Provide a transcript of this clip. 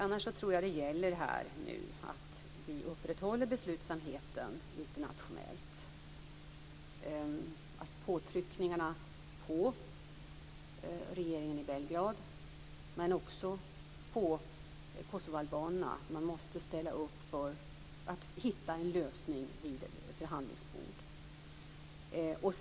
Annars gäller det nu att upprätthålla beslutsamheten internationellt och också påtryckningarna på regeringen i Belgrad men även på kosovoalbanerna att ställa upp för att hitta en förhandlingslösning.